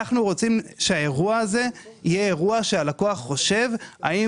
אנחנו רוצים שהאירוע הזה יהיה אירוע שבו הלקוח חושב האם